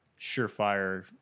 surefire